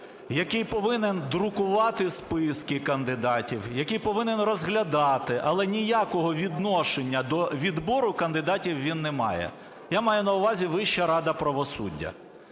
який повинен друкувати списки кандидатів, який повинен розглядати, але ніякого відношення до відбору кандидатів він не має. Я маю на увазі – Вища рада правосуддя.